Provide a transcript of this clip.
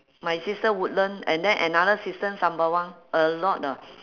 my sister woodland and then another sister sembawang a lot ah